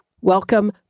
welcome